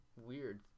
weird